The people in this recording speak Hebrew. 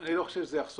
אני לא חושב שזה יחסוך.